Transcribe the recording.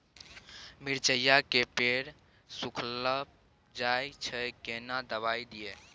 मिर्चाय के पेड़ सुखल जाय छै केना दवाई दियै?